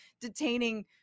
detaining